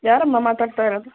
ಯಾರಮ್ಮ ಮಾತಾಡ್ತಾ ಇರೋದು